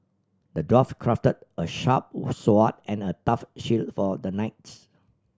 the dwarf crafted a sharp sword and a tough shield for the knight